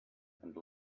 and